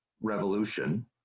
revolution